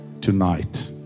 tonight